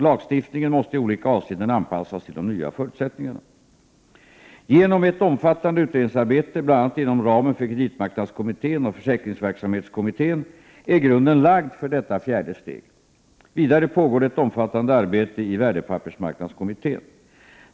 Lagstiftningen måste i olika avseenden anpassas till de nya förutsättningarna. Genom ett omfattande utredningsarbete, bl.a. inom ramen för kreditmarknadskommittén och försäkringsverksamhetskommittén, är grunden lagd för detta fjärde steg. Vidare pågår det ett omfattande arbete i värdepappersmarknadskommittén.